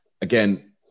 again